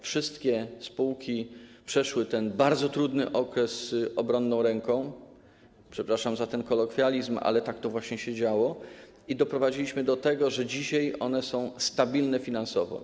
Wszystkie spółki przeszły ten bardzo trudny okres obronną ręką - przepraszam za ten kolokwializm, ale tak właśnie się działo - i doprowadziliśmy do tego, że dzisiaj one są stabilne finansowo.